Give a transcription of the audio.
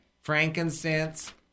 frankincense